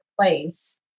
place